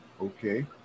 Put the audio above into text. okay